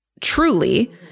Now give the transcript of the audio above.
Truly